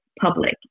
public